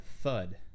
thud